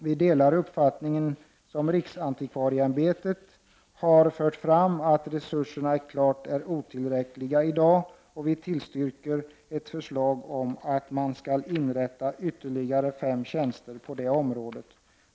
Vi delar den uppfattning som riksantikvarieämbetet har fört fram, nämligen att resurserna i dag är klart otillräckliga. Vi tillstyrker förslaget om att man skall inrätta ytterligare fem tjänster på det området.